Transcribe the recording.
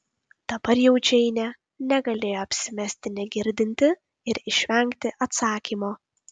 dabar jau džeinė negalėjo apsimesti negirdinti ir išvengti atsakymo